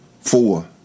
four